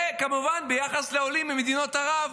וכמובן לעולים ממדינות ערב,